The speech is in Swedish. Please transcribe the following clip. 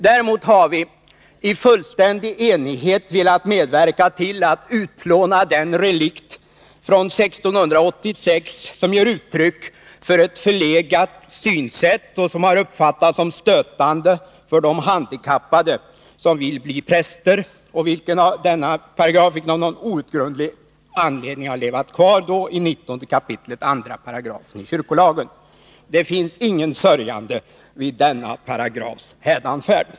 Däremot har vi i fullständig enighet velat medverka till att utplåna den relikt från 1686, som ger uttryck för ett förlegat synsätt och som har uppfattats som stötande för de handikappade som vill bli präster. Av någon outgrundlig anledning har den levat kvar i 19 kap. 2 § i kyrkolagen. Det finns ingen sörjande vid denna paragrafs hädanfärd.